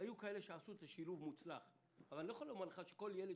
היו מי שעשו את השילוב באופן מוצלח אבל אני לא יכול לומר לך שכל ילד